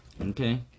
Okay